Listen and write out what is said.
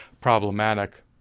problematic